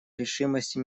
решимости